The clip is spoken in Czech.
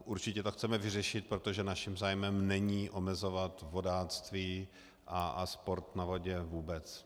Určitě to chceme vyřešit, protože naším zájmem není omezovat vodáctví a sport na vodě vůbec.